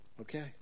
okay